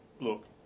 Look